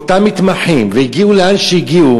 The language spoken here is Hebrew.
באותם מתמחים, והם הגיעו לאן שהגיעו,